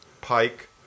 pike